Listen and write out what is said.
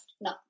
No